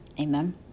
Amen